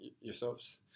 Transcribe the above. yourselves